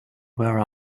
where